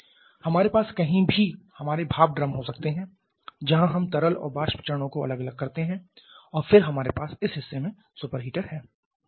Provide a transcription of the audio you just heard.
हमारे पास कहीं भी हमारे भाप ड्रम हो सकते हैं जहां हम तरल और वाष्प चरणों को अलग करते हैं और फिर हमारे पास इस हिस्से में सुपर हीटर है